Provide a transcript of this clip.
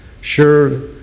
Sure